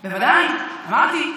בוודאי, אמרתי.